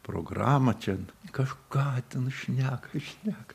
programą čia kažką ten šneka šneka